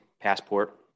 passport